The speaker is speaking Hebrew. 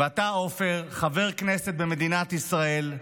ואתה, עופר, חבר כנסת במדינת ישראל,